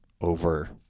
over